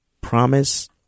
promise